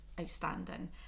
outstanding